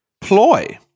ploy